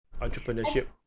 entrepreneurship